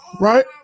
Right